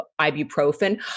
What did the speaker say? ibuprofen